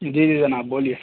جی جی جناب بولیئے